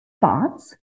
thoughts